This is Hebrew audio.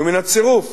ומן הצירוף